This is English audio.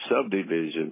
subdivision